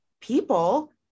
people